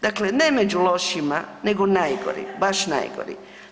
Dakle, ne među lošima nego najgori, baš najgori.